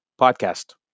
podcast